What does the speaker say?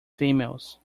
females